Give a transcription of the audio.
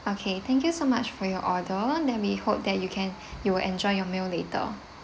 okay thank you so much for your order then we hoped that you can you will enjoy your meal later